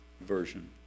version